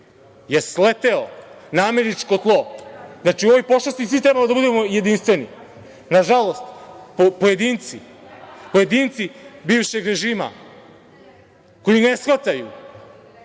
je sleteo na američko tlo. Znači, u ovoj pošasti svi treba da budemo jedinstveni. Nažalost, pojedinci bivšeg režima koji ne shvataju,